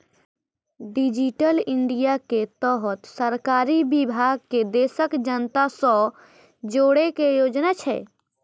digital India के तहत सरकारी विभाग कें देशक जनता सं जोड़ै के योजना छै